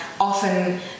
often